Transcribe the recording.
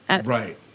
Right